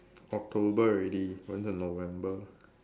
October already going to November